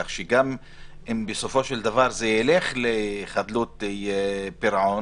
כך שגם אם בסופו של דבר זה ילך לחדלות פירעון